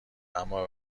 اما